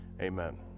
Amen